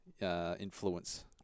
influence